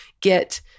get